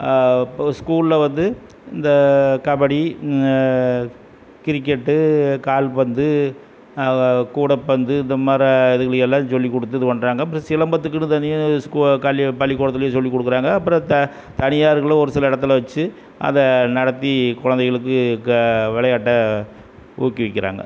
இப்போ ஸ்கூல்ல வந்து இந்த கபடி கிரிக்கெட்டு கால்பந்து கூடைப்பந்து இந்த மாதிரி இதுகளை எல்லாம் சொல்லிக் கொடுத்து இது பண்ணுறாங்கள் அப்புறம் சிலம்பத்துக்குன்னு தனியாக ஸ்கூ கல் பள்ளிக்கூடத்திலையும் சொல்லிக் கொடுக்குறாங்க அப்புறம் த தனியார்களும் ஒரு சில இடத்துல வச்சு அதை நடத்தி குழந்தைகளுக்கு க விளையாட்ட ஊக்குவிக்கிறாங்கள்